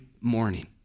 morning